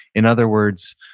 in other words,